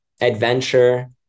adventure